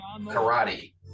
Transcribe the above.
karate